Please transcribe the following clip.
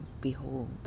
behold